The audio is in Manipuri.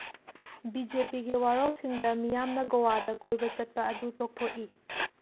ꯕꯤ ꯖꯦ ꯄꯤꯒꯤ ꯋꯥꯔꯣꯜꯁꯤꯡꯗ ꯃꯤꯌꯥꯝꯅ ꯒꯣꯋꯥꯗ ꯀꯣꯏꯕ ꯆꯠꯄ ꯑꯗꯨ ꯇꯣꯛꯊꯣꯛꯏ